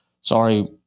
sorry